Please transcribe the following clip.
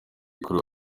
kuri